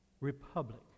Republic